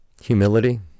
Humility